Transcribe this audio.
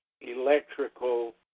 electrical